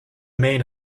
main